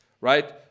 right